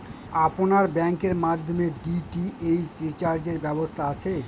আপনার ব্যাংকের মাধ্যমে ডি.টি.এইচ রিচার্জের ব্যবস্থা আছে?